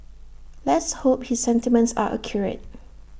let's hope his sentiments are accurate